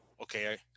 Okay